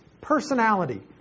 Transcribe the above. personality